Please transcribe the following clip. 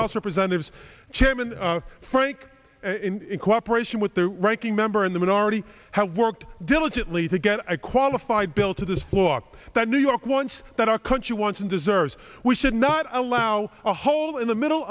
house representatives chairman frank in cooperation with the ranking member in the minority has worked diligently to get a qualified bill to this floor that new york wants that our country wants and deserves we should not allow a hole in the middle